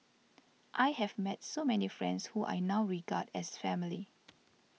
I have met so many friends who I now regard as family